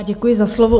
Děkuji za slovo.